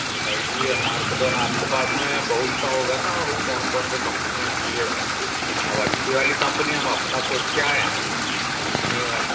नहीं जी हमारे को तो आपके पास में बहुत सा होगा ना वो कौन कौन सी कंपनी आती है सब अब अच्छी वाली कंपनी हम अपना सोच के आए हैं अपनी